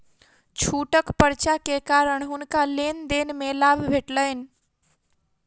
छूटक पर्चा के कारण हुनका लेन देन में लाभ भेटलैन